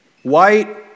White